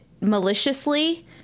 maliciously